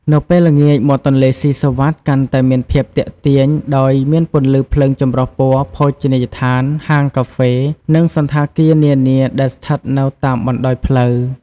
នៅពេលល្ងាច មាត់ទន្លេសុីសុវត្ថិកាន់តែមានភាពទាក់ទាញ ដោយមានពន្លឺភ្លើងចម្រុះពណ៌ ភោជនីយដ្ឋាន ហាងកាហ្វេ និងសណ្ឋាគារនានាដែលស្ថិតនៅតាមបណ្ដោយផ្លូវ។